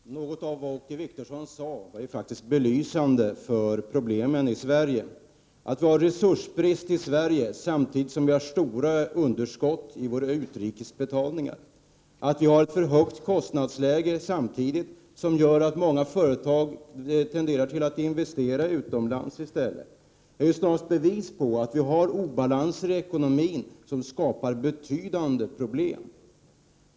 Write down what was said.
Herr talman! Något av det som Åke Wictorsson sade var ju faktiskt belysande för problemen i Sverige, nämligen att vi har resursbrist i Sverige samtidigt som vi har stora underskott i våra utrikesbetalningar och ett alltför högt kostnadsläge, som gör att många företag tenderar att investera utomlands i stället för i Sverige. Detta är ju snarast bevis för att vi har obalanser i ekonomin som skapar betydande problem.